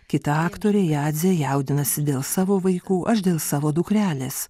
kita aktorė jadzė jaudinasi dėl savo vaikų aš dėl savo dukrelės